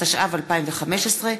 התשע"ו 2015,